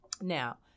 Now